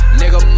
nigga